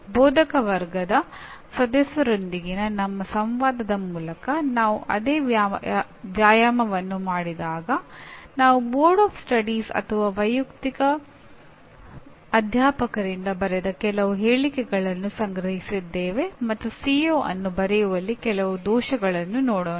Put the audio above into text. ಬೋಧಕವರ್ಗದ ಸದಸ್ಯರೊಂದಿಗಿನ ನಮ್ಮ ಸಂವಾದದ ಮೂಲಕ ನಾವು ಅದೇ ವ್ಯಾಯಾಮವನ್ನು ಮಾಡಿದಾಗ ನಾವು ಅಧ್ಯಯನ ಮಂಡಳಿ ಅಥವಾ ವೈಯಕ್ತಿಕ ಅಧ್ಯಾಪಕರಿಂದ ಬರೆದ ಕೆಲವು ಹೇಳಿಕೆಗಳನ್ನು ಸಂಗ್ರಹಿಸಿದ್ದೇವೆ ಮತ್ತು ಸಿಒ ಅನ್ನು ಬರೆಯುವಲ್ಲಿ ಕೆಲವು ದೋಷಗಳನ್ನು ನೋಡೋಣ